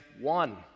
one